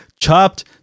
chopped